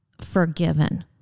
forgiven